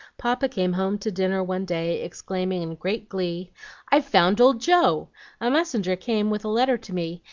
papa came home to dinner one day, exclaiming, in great glee i've found old joe! a messenger came with a letter to me,